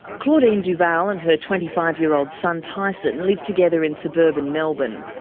claudine duval and her twenty five year old son tyson live together in suburban melbourne.